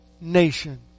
nation